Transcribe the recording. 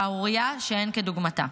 שערורייה שאין כדוגמתה.